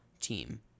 team